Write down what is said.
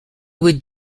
would